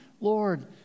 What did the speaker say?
Lord